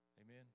Amen